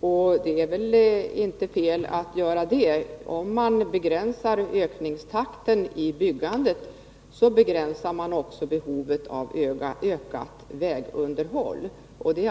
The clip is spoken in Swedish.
och det är väl inte fel att göra det. Om man begränsar ökningstakten i byggandet, så begränsar man också behovet av ökat vägunderhåll.